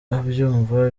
abyumva